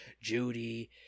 Judy